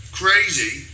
crazy